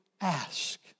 ask